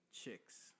chicks